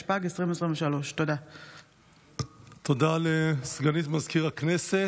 2023. הודעה לסגנית מזכיר הכנסת.